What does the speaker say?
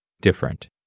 different